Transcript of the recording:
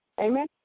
Amen